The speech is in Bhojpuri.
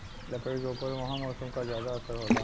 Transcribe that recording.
लकड़ी के ऊपर उहाँ के मौसम क जादा असर होला